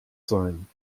sein